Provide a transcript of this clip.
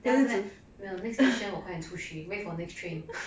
then after that 没有 next station 我快点出去 wait for next train